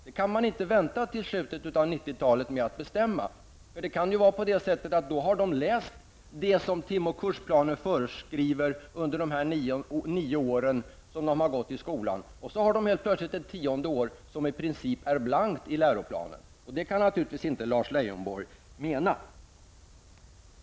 Det kan man inte vänta till slutet av 90 talet med att bestämma, för det kan ju vara på det sättet att då har de läst det som tim och kursplanen föreskriver under de nio år som de har gått i skolan, och så har de plötsligt ett tionde år som i princip är blankt i läroplanen. Det kan naturligtvis inte Lars Leijonborg mena.